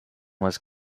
was